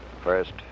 First